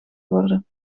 worden